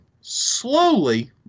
slowly